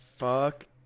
Fuck